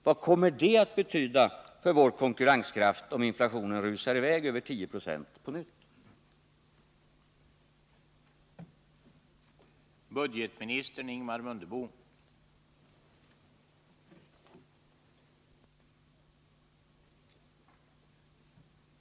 Vad kommer det att betyda för vår konkurrenskraft, om inflationen på nytt rusar iväg med över 10 96?